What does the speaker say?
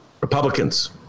Republicans